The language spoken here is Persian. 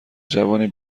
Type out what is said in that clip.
جوانی